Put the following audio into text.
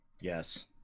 yes